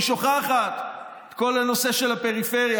היא שוכחת את כל הנושא של הפריפריה,